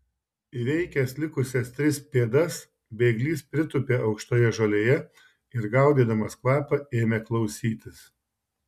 įveikęs likusias tris pėdas bėglys pritūpė aukštoje žolėje ir gaudydamas kvapą ėmė klausytis